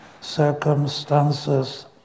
circumstances